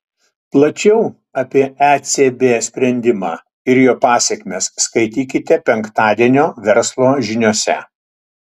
plačiau apie ecb sprendimą ir jo pasekmes skaitykite penktadienio verslo žiniose